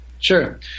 Sure